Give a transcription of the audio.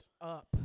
up